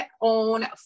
own